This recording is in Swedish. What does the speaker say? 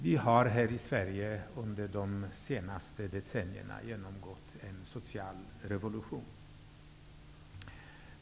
Vi har i Sverige under de senaste decennierna genomgått en social revolution.